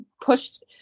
pushed